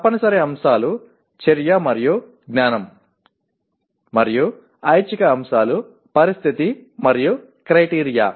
తప్పనిసరి అంశాలు చర్య మరియు జ్ఞానం మరియు ఐచ్ఛిక అంశాలు పరిస్థితి మరియు 'క్రైటీరియా